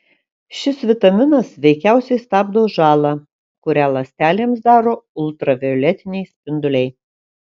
šis vitaminas veikiausiai stabdo žalą kurią ląstelėms daro ultravioletiniai spinduliai